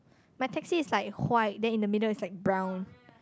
my taxi is like white then in the middle is like brown